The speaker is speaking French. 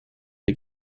est